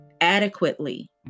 adequately